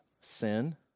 sin